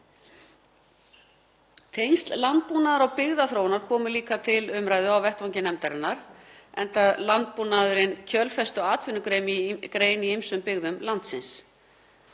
Tengsl landbúnaðar og byggðaþróunar komu líka til umræðu á vettvangi nefndarinnar enda landbúnaðurinn kjölfestuatvinnugrein í ýmsum byggðum landsins.